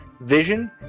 vision